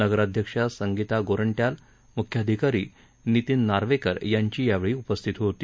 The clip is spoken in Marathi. नगराध्यक्षा संगीता गोरंट्याल मुख्याधिकारी नितीन नार्वेकर यांची यावेळी उपस्थिती होती